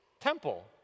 temple